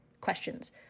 questions